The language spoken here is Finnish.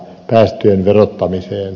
arvoisa puhemies